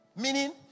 meaning